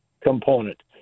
component